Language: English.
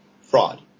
fraud